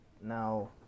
now